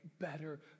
better